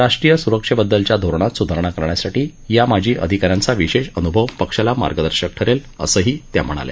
राष्ट्रीय सुरक्षेबद्दलच्या धोरणात सुधारणा करण्यासाठी या माजी अधिकाऱ्यांचा विशेष अनुभव पक्षाला मार्गदर्शक ठरेल असंही त्या म्हणाल्या